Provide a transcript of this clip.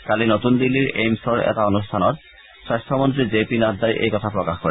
কালি নতুন দিল্লীৰ এইমছৰ এটা অনুষ্ঠানত স্বাস্থ্য মন্ত্ৰী জে পি নাড্ডাই এই কথা প্ৰকাশ কৰে